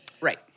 Right